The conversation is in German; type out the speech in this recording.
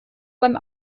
beim